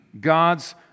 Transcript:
God's